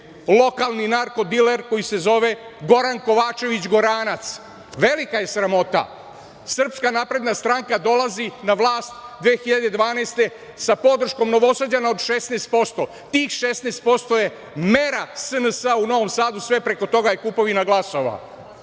lokalni nardkodiler koji se zove Goran Kovačević Goranac. Velika je sramota SNS dolazi na vlast 2012. godine sa podrškom Novosađana od 16%, tih 16% je mera SNS u Novom Sadu, sve preko toga je kupovina glasova.